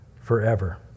forever